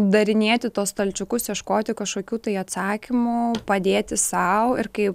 darinėti tuos stalčiukus ieškoti kažkokių tai atsakymų padėti sau ir kai